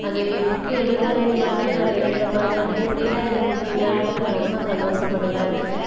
அந்த புக்கு எழுதுனவங்க மட்டும் நான் நேரில் பார்த்தேன்னா இப்படியெல்லாம் எழுதியிருக்கீங்களான்ட்டு நான் ரொம்ப சந்தோஷப்படுவேன்